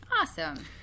Awesome